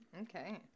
okay